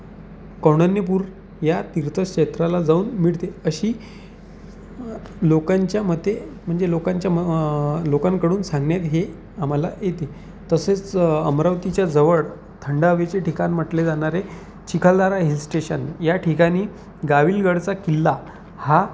कौंडन्यपूर या तीर्थक्षेत्राला जाऊन मिळते अशी लोकांच्या मते म्हणजे लोकांच्या म लोकांकडून सांगण्यात हे आम्हाला येते तसेच अमरावतीच्या जवळ थंड हवेचे ठिकाण म्हटले जाणारे चिखलदारा हिल स्टेशन या ठिकाणी गावीलगडचा किल्ला हा